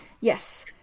Yes